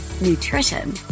nutrition